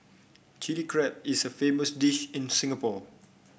Chilli Crab is a famous dish in Singapore